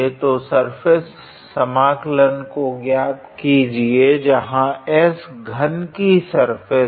तो सर्फेस समाकलन को ज्ञात कीजिए जहाँ S घन की सर्फेस है